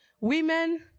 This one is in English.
women